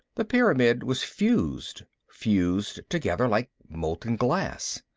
the pyramid was fused, fused together like molten glass.